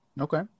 Okay